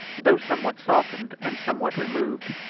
though somewhat softened and somewhat removed,